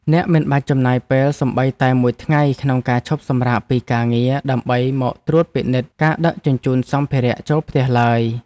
អ្នកមិនបាច់ចំណាយពេលសូម្បីតែមួយថ្ងៃក្នុងការឈប់សម្រាកពីការងារដើម្បីមកត្រួតពិនិត្យការដឹកជញ្ជូនសម្ភារៈចូលផ្ទះឡើយ។